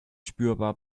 spürbar